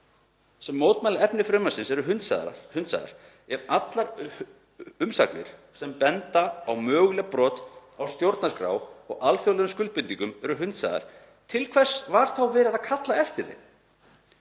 sem mótmæla efni frumvarpsins eru hunsaðar, ef allar umsagnir sem benda á mögulegt brot á stjórnarskrá og alþjóðlegum skuldbindingum eru hunsaðar, til hvers var þá verið að kalla eftir þeim?